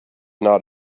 not